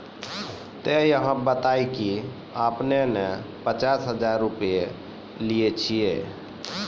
ते अहाँ बता की आपने ने पचास हजार रु लिए छिए?